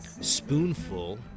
Spoonful